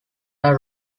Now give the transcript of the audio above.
are